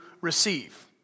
receive